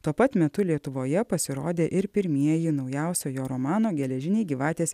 tuo pat metu lietuvoje pasirodė ir pirmieji naujausio jo romano geležiniai gyvatės